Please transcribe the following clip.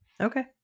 Okay